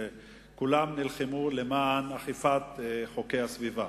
כולם נלחמו לאכיפת חוקי הסביבה.